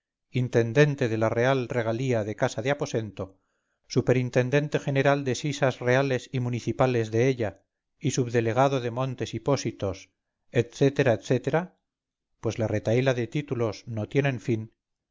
intendente de la real regalía de casa de aposento superintendente general de sisas reales y municipales de ella y subdelegado de montes y pósitos etc etc pues la retahíla de títulos no tienen fin